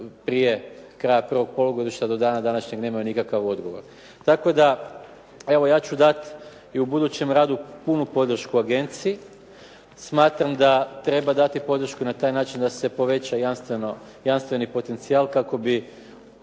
prije kraja prvog polugodišta, do dana današnjeg nemaju nikakav odgovor. Tako da evo ja ću dati i budućem radu punu podršku agenciji. Smatram da treba dati podršku na taj način da se poveća jamstveni potencijal kako bi